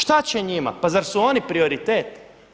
Šta će njima pa zar su oni prioritet?